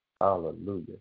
hallelujah